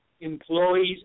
employees